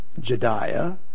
Jediah